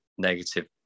negative